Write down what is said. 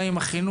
גם עם החינוך,